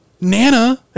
Nana